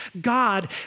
God